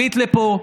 עלית לפה,